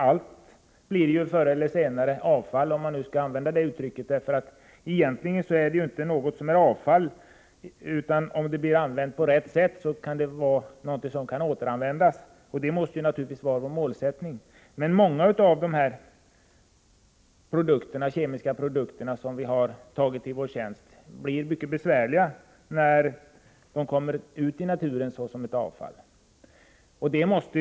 Allt blir ju förr eller senare avfall — om vi nu skall använda det uttrycket, eftersom det egentligen inte finns något avfall. Om dets.k. avfallet tas om hand på rätt sätt kan det återanvändas, och det måste naturligtvis vara vår målsättning. Många av de kemiska produkter som vi har tagit i vår tjänst ställer till mycket besvär när de kommer ut i naturen såsom avfall.